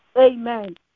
Amen